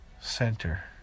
Center